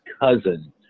cousin